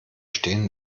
stehen